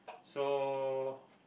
so